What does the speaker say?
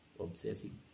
obsessing